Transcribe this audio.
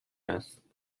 است